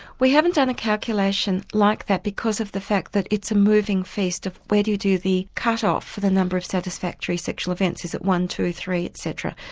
we haven't done a calculation like that because of the fact that it's a moving feast of where do you do the cut-off for the number of satisfactory sexual events is it one, two, three etc.